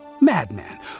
madman